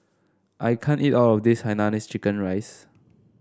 I can't eat all of this Hainanese Chicken Rice